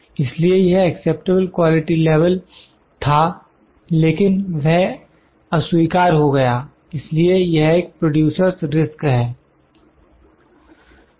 इसलिए यह acceptable quality level था लेकिन वह अस्वीकार हो गया इसलिए यह एक प्रोड्यूसरस् रिस्क producer's risk है